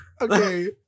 Okay